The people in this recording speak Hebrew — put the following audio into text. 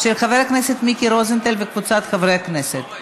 של חבר הכנסת מיקי רוזנטל וקבוצת חברי הכנסת.